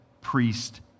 priest